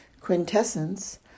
quintessence